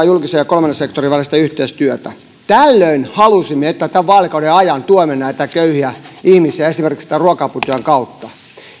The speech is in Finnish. julkisen ja kolmannen sektorin välistä yhteistyötä tällöin halusimme että tämän vaalikauden ajan tuemme näitä köyhiä ihmisiä esimerkiksi tämän ruoka aputyön kautta